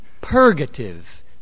purgative